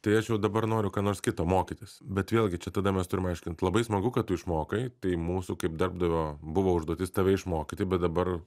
tai aš jau dabar noriu ką nors kito mokytis bet vėlgi čia tada mes turim aiškint labai smagu kad tu išmokai tai mūsų kaip darbdavio buvo užduotis tave išmokyti bet dabar